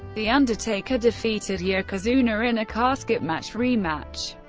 the undertaker defeated yokozuna in a casket match rematch.